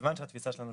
מכיוון שהתפיסה שלנו,